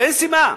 אין סיבה.